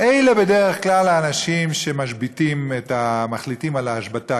אלה בדרך כלל האנשים שמחליטים על ההשבתה,